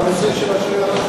לנושא של השיירה.